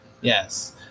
Yes